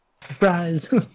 Surprise